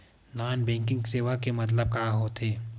Non banking सेवा के मतलब का होथे?